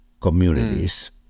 communities